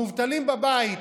המובטלים בבית,